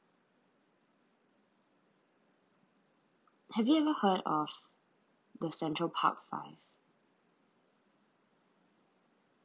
have you ever heard of the central park five